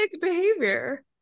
behavior